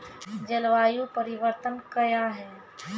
जलवायु परिवर्तन कया हैं?